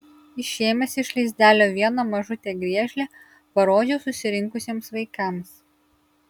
išėmęs iš lizdelio vieną mažutę griežlę parodžiau susirinkusiems vaikams